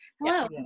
hello